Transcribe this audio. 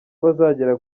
bazagera